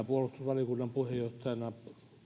puolustusvaliokunnan puheenjohtajana